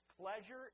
pleasure